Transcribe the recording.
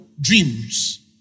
dreams